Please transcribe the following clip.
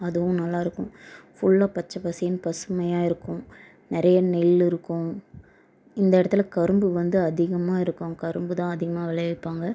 அதுவும் நல்லாருக்கும் ஃபுல்லாக பச்சை பசேன்னு பசுமையாக இருக்கும் நிறையா நெல் இருக்கும் இந்த இடத்துல கரும்பு வந்து அதிகமாக இருக்கும் கரும்பு தான் அதிகமாக விளைவிப்பாங்க